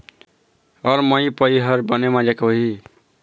अरमपपई हर बने माजा के होही?